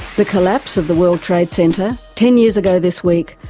the collapse of the world trade center, ten years ago this week,